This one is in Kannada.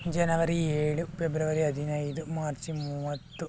ಜನವರಿ ಏಳು ಪೆಬ್ರವರಿ ಹದಿನೈದು ಮಾರ್ಚ್ ಮೂವತ್ತು